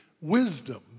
wisdom